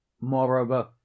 Moreover